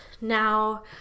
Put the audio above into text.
now